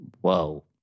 Whoa